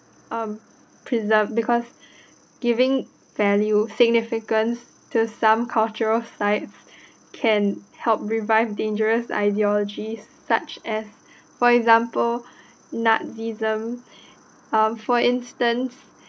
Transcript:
um preserve because giving value significance to some cultural sites can help revive dangerous ideologies such as for example nazism um for instance